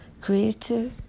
creator